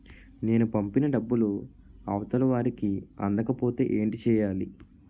నేను పంపిన డబ్బులు అవతల వారికి అందకపోతే ఏంటి చెయ్యాలి?